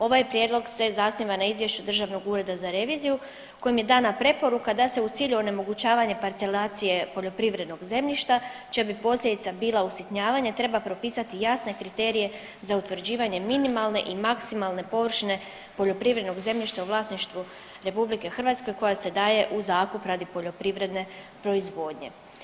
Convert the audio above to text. Ovaj prijedlog se zasniva na izvješću Državnog ureda za reviziju kojim je dana preporuka da se u cilju onemogućavanja parcelacije poljoprivrednog zemljišta čija bi posljedica bila usitnjavanje treba propisati jasne kriterije za utvrđivanje minimalne i maksimalne površine poljoprivrednog zemljišta u vlasništvu RH koja se daje u zakup radi poljoprivredne proizvodnje.